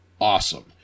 awesome